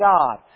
God